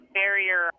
barrier